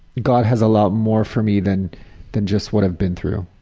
god has a lot more for me than than just what i've been through.